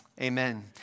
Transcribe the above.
Amen